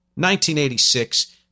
1986